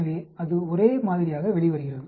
எனவே அது ஒரே மாதிரியாக வெளிவருகிறது